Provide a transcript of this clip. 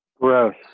Gross